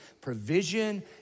provision